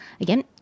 again